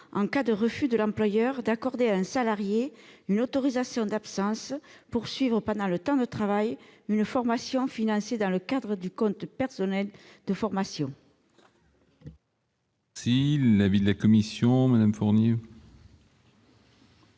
en cas de refus de l'employeur d'accorder à un salarié une autorisation d'absence pour suivre, pendant le temps de travail, une formation financée dans le cadre du compte personnel de formation. Quel est l'avis de la commission ? Lorsqu'un